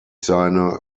seine